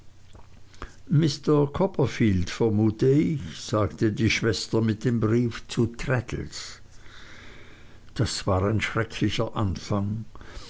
mr copperfield vermute ich sagte die schwester mit dem brief zu traddles das war ein schrecklicher anfang